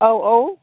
औ औ